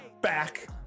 back